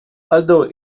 although